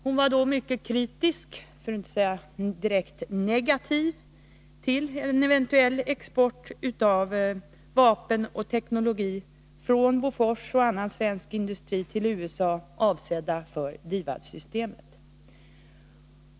Hon var då mycket kritisk — för att inte säga direkt negativ — till en eventuell export av vapen och teknologi från Bofors och annan svensk industri till USA avsedda för DIVAD-systemet.